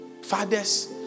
Fathers